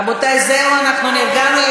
רבותי, זהו, אנחנו נרגענו.